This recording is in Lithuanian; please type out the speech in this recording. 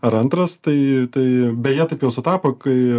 ar antras tai tai beje taip jau sutapo kai